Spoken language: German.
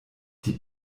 die